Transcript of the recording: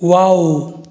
wow